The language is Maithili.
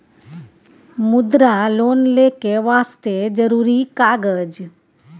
मुद्रा लोन लेके वास्ते जरुरी कागज?